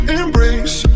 embrace